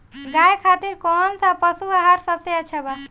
गाय खातिर कउन सा पशु आहार सबसे अच्छा बा?